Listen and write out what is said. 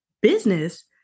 business